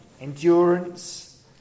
endurance